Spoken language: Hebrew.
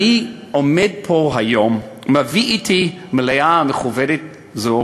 אני עומד פה היום, מביא אתי למליאה מכובדת זו